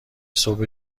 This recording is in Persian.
صبح